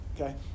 Okay